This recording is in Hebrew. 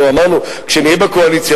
הלוא אמרנו: כשנהיה בקואליציה,